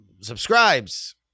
subscribes